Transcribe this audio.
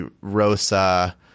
Rosa –